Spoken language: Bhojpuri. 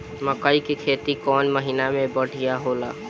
मकई के खेती कौन महीना में बढ़िया होला?